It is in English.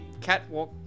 catwalk